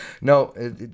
No